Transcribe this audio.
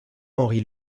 henri